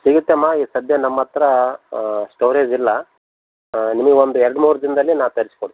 ಸಿಗುತ್ತಮ್ಮ ಈಗ ಸಧ್ಯ ನಮ್ಮತ್ತಿರ ಸ್ಟೋರೇಜ್ ಇಲ್ಲ ನಿಮಿಗೆ ಒಂದು ಎರಡು ಮೂರು ದಿನದಲ್ಲಿ ನಾ ತರಿಸಿ ಕೊಡ್ತಿನಿ